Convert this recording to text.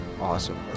Awesome